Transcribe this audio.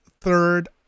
third